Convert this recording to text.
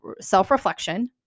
self-reflection